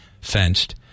fenced